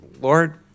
Lord